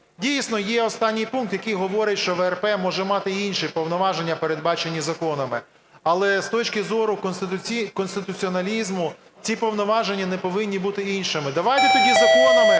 Дійсно, є останній пункт, який говорить, що ВРП може мати інші повноваження, передбачені законами. Але з точки зору конституціоналізму ці повноваження не повинні бути іншими. Давайте тоді законами